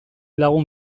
lagun